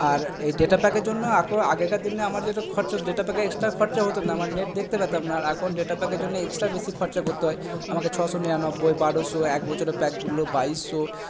আর এই ডেটা প্যাকের জন্য আগেকার দিনে আমার যেটা খরচা হতো ডেটা প্যাকে এক্সট্রা খরচা হতো না আমার নেট দেখতে পেতাম না আর এখন ডেটা প্যাকের জন্যে এক্সট্রা বেশি খরচা করতে হয় আমাকে ছশো নিরানব্বই বারোশো এক বছরের প্যাকগুলো বাইশশো